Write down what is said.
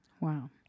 Wow